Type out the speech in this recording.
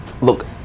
look